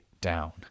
down